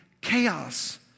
chaos